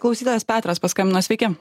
klausytojas petras paskambino sveiki